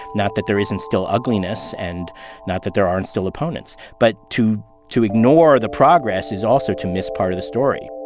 not that there isn't still ugliness, and not that there aren't still opponents. but to to ignore the progress is also to miss part of the story